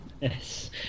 Yes